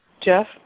Jeff